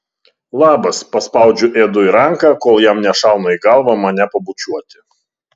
labas paspaudžiu edui ranką kol jam nešauna į galvą mane pabučiuoti